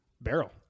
barrel